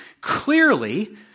Clearly